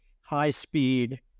high-speed